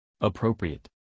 appropriate